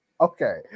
Okay